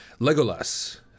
Legolas